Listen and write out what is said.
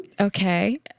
Okay